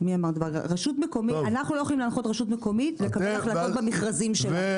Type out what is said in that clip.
אנחנו לא יכולים להנחות רשות מקומית לקבל החלטות במכרזים שלה,